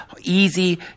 easy